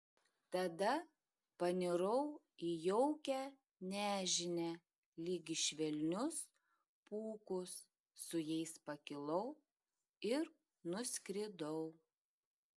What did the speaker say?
tada panirau į jaukią nežinią lyg į švelnius pūkus su jais pakilau ir nuskridau